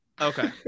okay